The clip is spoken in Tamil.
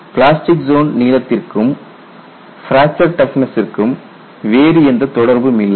பிளாஸ்டிக் ஜோன் நீளத்திற்கும் அளவிற்கும் பிராக்சர் டஃப்னஸ்சுக்கும் வேறு எந்த தொடர்பும் இல்லை